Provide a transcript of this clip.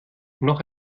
noch